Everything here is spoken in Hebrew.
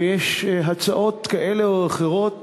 ויש הצעות כאלה ואחרות